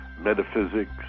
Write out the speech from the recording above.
metaphysics